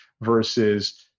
versus